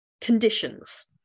conditions